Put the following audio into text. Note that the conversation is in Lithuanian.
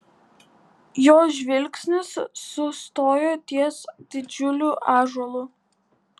jo žvilgsnis sustojo ties didžiuliu ąžuolu